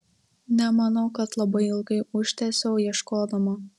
nemanau kad labai ilgai užtęsiau ieškodama